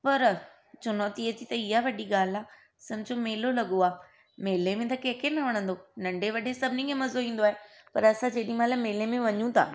पर चुनौतीअ जी त ईहा वॾी ॻाल्हि आहे सम्झो मेलो लॻो आहे मेले में त कंहिंखे न वणंदो नंढे वॾे सभिनी खे मज़ो ईंदो आहे पर असां जेॾीमहिल मेले में वञूं था